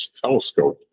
telescope